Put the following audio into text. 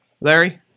Larry